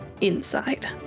inside